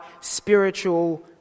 spiritual